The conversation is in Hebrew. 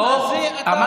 אוה,